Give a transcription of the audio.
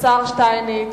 השר שטייניץ.